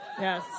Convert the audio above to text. Yes